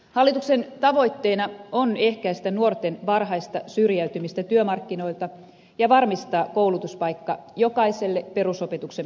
hallituksen tavoitteena on ehkäistä nuorten varhaista syrjäytymistä työmarkkinoilta ja varmistaa koulutuspaikka jokaiselle perusopetuksen päättävälle nuorelle